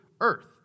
earth